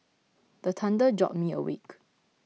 the thunder jolt me awake